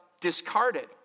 discarded